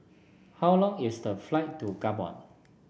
how long is the flight to Gabon